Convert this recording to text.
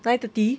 nine thirty